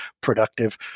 productive